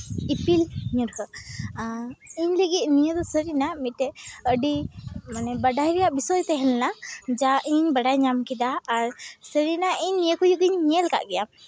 ᱤᱯᱤᱞ ᱧᱩᱨᱦᱟᱹ ᱟᱨ ᱤᱧ ᱞᱟᱹᱜᱤᱫ ᱱᱤᱭᱟᱹ ᱫᱚ ᱥᱟᱹᱨᱤᱱᱟᱜ ᱢᱤᱫᱴᱮᱡ ᱟᱹᱰᱤ ᱢᱟᱱᱮ ᱵᱟᱰᱟᱭ ᱨᱮᱭᱟᱜ ᱵᱤᱥᱚᱭ ᱛᱟᱦᱮᱸ ᱞᱮᱱᱟ ᱡᱟ ᱤᱧ ᱵᱟᱰᱟᱭ ᱧᱟᱢ ᱠᱮᱫᱟ ᱟᱨ ᱥᱟᱹᱨᱤᱱᱟᱜ ᱤᱧ ᱱᱤᱭᱟᱹ ᱠᱚ ᱡᱩᱫᱤᱧ ᱧᱮᱞ ᱠᱟᱜ ᱠᱮᱭᱟ